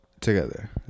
together